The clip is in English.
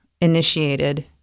initiated